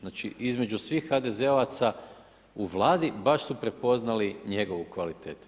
Znači između svih HDZ-ovaca u Vladi, baš su prepoznali njegovu kvalitetu.